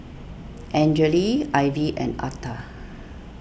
Angele Ivie and Atha